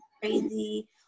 crazy